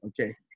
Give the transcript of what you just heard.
Okay